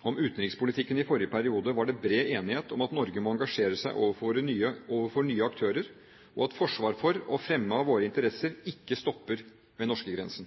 om utenrikspolitikken i forrige periode, var det bred enighet om at Norge må engasjere seg overfor nye aktører, og at forsvar for og fremme av våre interesser ikke stopper ved norskegrensen.